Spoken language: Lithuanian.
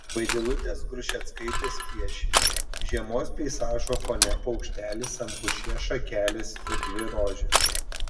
vaidilutės grušeckaitės piešiniu žiemos peizažo fone paukštelis ant pušies šakelės ir dvi rožės